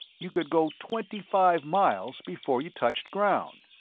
you could go twenty-five miles before you touched ground.